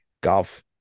golf